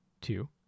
two